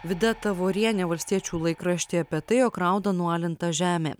vida tavorienė valstiečių laikraštyje apie tai rauda nualinta žemė